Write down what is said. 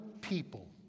people